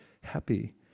happy